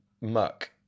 muck